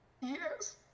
Yes